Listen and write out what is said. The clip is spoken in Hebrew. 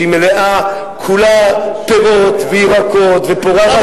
שמלאה כולה פירות וירקות ופורחת,